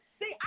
See